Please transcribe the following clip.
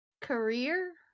career